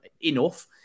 enough